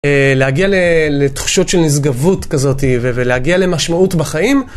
להגיע לתחושות של נשגבות כזאת, ולהגיע למשמעות בחיים.